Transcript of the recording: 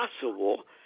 possible